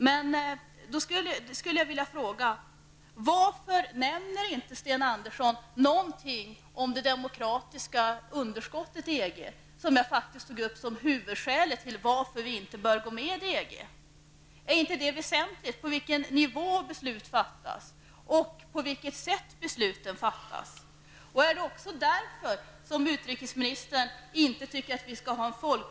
Andersson inte någonting om det demokratiska underskottet i EG, som jag faktiskt tog upp som huvudskälet till att vi inte bör gå med i EG? Är det inte väsentligt på vilken nivå beslut fattas och på vilket sätt besluten fattas? Är det också därför som utrikesministern inte tycker att vi skall ha en folkomröstning?